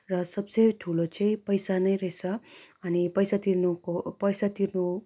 र सब से ठुलो चाहिँ पैसा नै रहेछ अनि पैसा तिर्नुको पैसा तिर्नु